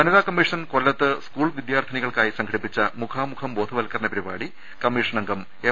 വനിത commission കൊല്ലത്ത് സ്കൂൾ വിദ്യാർത്ഥിനികൾക്കായി സംഘടിപ്പിച്ച മുഖാമുഖം ബോധവൽക്കരണ പരിപാടി കമ്മീഷനംഗം എം